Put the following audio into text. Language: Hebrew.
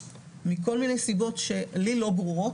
מכל מיני סיבות שלי לא ברורות,